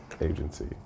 agency